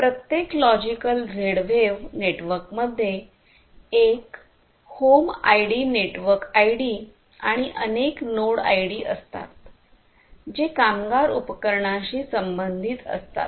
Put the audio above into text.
प्रत्येक logical Z wave नेटवर्कमध्ये एक होम आयडीनेटवर्क आयडी आणि अनेक नोड आयडी असतात जे कामगार उपकरणांशी संबंधित असतात